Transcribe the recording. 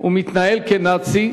ומתנהל כנאצי.